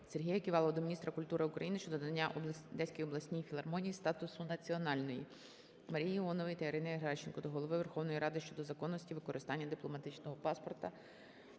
Сергія Ківалова до міністра культури України щодо надання Одеській обласній філармонії статусу національної. Марії Іонової та Ірини Геращенко до Голови Верховної Ради щодо законності використання дипломатичного паспорту